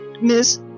miss